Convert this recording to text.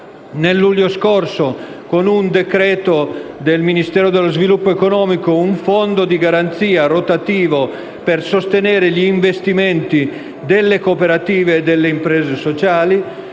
istituito, con decreto del Ministero dello sviluppo economico, un fondo di garanzia rotativo per sostenere gli investimenti delle cooperative e delle imprese sociali.